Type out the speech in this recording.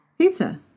Pizza